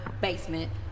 basement